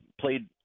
played